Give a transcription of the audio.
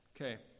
Okay